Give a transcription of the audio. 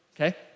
okay